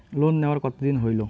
Loan নেওয়ার কতদিন হইল?